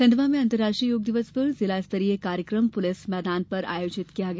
खंडवा में अंतर्राष्ट्रीय योग दिवस पर जिला स्तरीय कार्यक्रम पुलिस ग्राउण्ड पर आयोजित किया गया